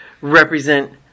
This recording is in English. represent